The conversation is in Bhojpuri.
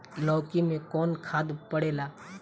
लौकी में कौन खाद पड़ेला?